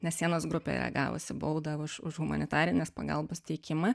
nes sienos grupė yra gavusi baudą už humanitarinės pagalbos teikimą